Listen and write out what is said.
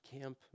camp